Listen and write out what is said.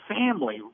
family